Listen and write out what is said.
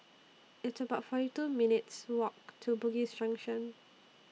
It's about forty two minutes' Walk to Bugis Junction